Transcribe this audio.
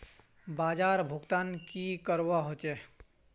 बाजार भुगतान की करवा होचे?